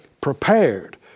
prepared